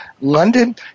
London